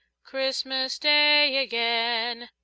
christmas day again.